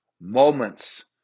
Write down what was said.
moments